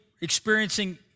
experiencing